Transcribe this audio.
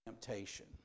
Temptation